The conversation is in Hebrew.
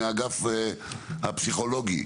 מהאגף הפסיכולוגי.